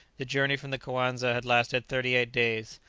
the journey from the coanza had lasted thirty-eight days,